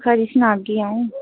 चलो सनागी अ'ऊं